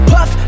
Puff